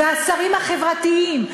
והשרים החברתיים,